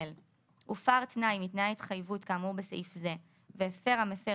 (ג)הופר תנאי מתנאי ההתחייבות כאמור בסעיף זה והפר המפר